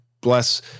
bless